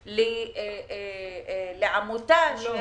לעמותה.